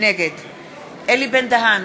נגד אלי בן-דהן,